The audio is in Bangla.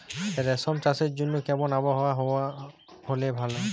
রেশম চাষের জন্য কেমন আবহাওয়া হাওয়া হলে ভালো?